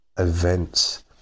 events